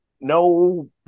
no